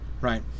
right